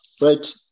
Right